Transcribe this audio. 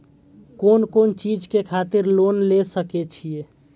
कोन कोन चीज के खातिर लोन ले सके छिए?